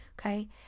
Okay